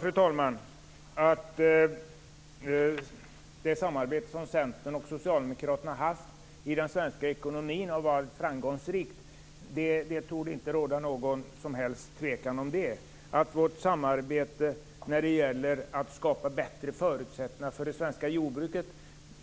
Fru talman! Det samarbete som Centern och Socialdemokraterna har haft i den svenska ekonomin har varit framgångsrikt - det torde inte råda någon som helst tvekan om det. Att vårt samarbete när det gäller att skapa bättre förutsättningar för det svenska jordbruket,